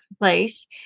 place